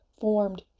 formed